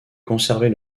conserver